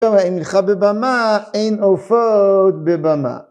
אבל אם נלך בבמה, אין עופות בבמה.